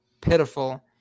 pitiful